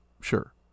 sure